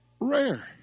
rare